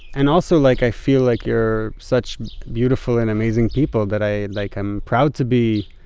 and also like, i feel like you're such beautiful and amazing people that i like i'm proud to be,